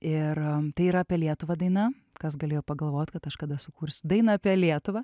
ir tai yra apie lietuvą daina kas galėjo pagalvot kad aš kada sukursiu dainą apie lietuvą